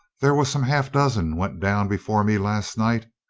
there were some half-dozen went down before me last night.